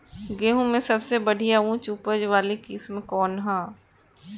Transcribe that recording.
गेहूं में सबसे बढ़िया उच्च उपज वाली किस्म कौन ह?